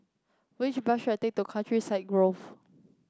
which bus should I take to Countryside Grove